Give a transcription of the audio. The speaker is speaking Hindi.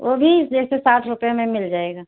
ओ भी जैसे साठ रुपये में मिल जाएगा